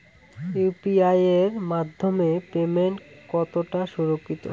UPI এর মাধ্যমে payment কতটা সুরক্ষিত?